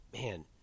man